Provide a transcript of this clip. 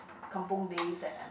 kampung days that I'm